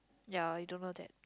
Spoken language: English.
ya you don't know that